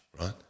right